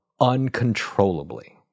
uncontrollably